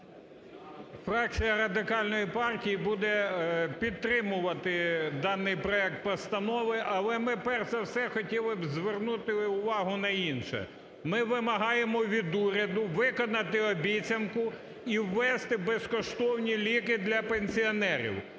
Фракція Радикальної партії буде підтримувати даний проект постанови. Але ми, перш за все, хотіли б звернути увагу на інше. Ми вимагаємо від уряду виконати обіцянку – і ввести безкоштовні ліки для пенсіонерів.